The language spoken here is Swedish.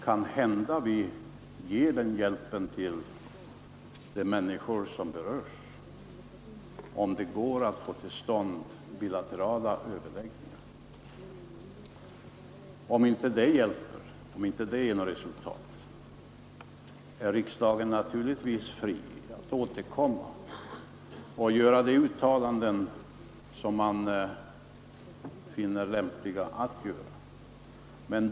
Kanhända vi ger den hjälpen till de människor som berörs om det går att få till stånd bilaterala överläggningar. Om inte det ger något resultat är riksdagen naturligtvis fri att återkomma och göra de uttalanden som man finner lämpliga.